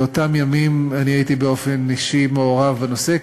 באותם ימים הייתי מעורב באופן אישי בנושא,